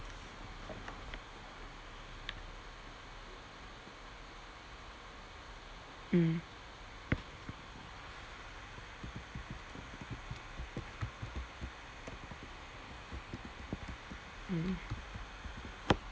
mm mm